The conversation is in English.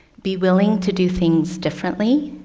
be willing to do things differently.